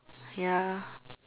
ya